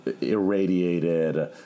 irradiated